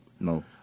No